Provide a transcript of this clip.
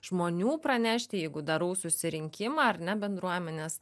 žmonių pranešti jeigu darau susirinkimą ar ne bendruomenės